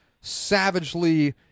savagely